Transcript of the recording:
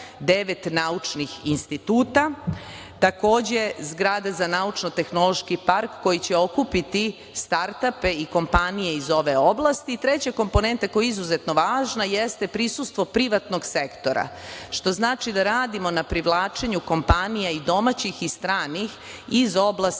naučnih instituta. Takođe, zgrada za naučno-tehnološki park koji će okupiti startape i kompanije iz ove oblasti. Treća komponenta koja je izuzetno važna jeste prisustvo privatnog sektora, što znači da radimo na privlačenju kompanija i domaćih i stranih iz oblasti